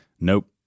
Nope